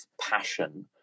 passion